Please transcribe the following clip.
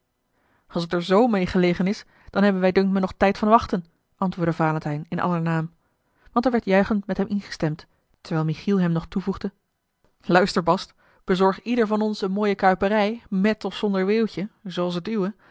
als het er z meê gelegen is dan hebben wij dunkt me nog tijd van wachten antwoordde valentijn in aller naam want er werd juichend met hem ingestemd terwijl michiel hem nog toevoegde luister bast bezorg ieder van ons eene mooie kuiperij met of zonder weeuwtje zooals het